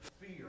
Fear